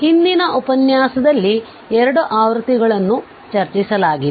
ಹಿಂದಿನ ಉಪನ್ಯಾಸದಲ್ಲಿ 2 ಆವೃತ್ತಿಗಳನ್ನು ಚರ್ಚಿಸಲಾಗಿದೆ